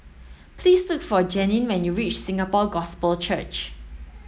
please look for Janine when you reach Singapore Gospel Church